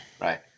right